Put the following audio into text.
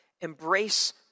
Embrace